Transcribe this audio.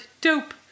dope